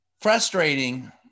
frustrating